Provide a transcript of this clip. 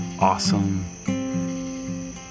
awesome